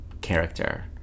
character